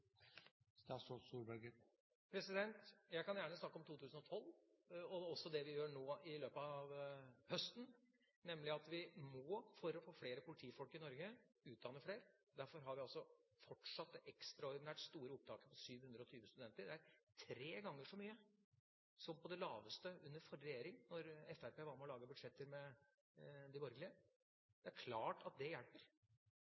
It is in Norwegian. Jeg kan gjerne snakke om 2012 og også det vi gjør nå i løpet av høsten, nemlig at for å få flere politifolk i Norge må vi utdanne flere. Derfor har vi fortsatt det ekstraordinært store opptaket på 720 studenter. Det er tre ganger så mange som på det laveste under forrige regjering, da Fremskrittspartiet var med på å lage budsjetter med de borgerlige.